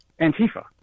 antifa